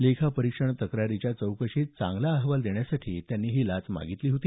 लेखापरीक्षण तक्रारीच्या चौकशीत चांगला अहवाल देण्यासाठी त्यांनी ही लाच मागितली होती